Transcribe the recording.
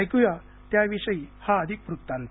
ऐकूया त्याविषयी हा अधिक वृत्तांत